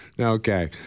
Okay